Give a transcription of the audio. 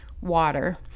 water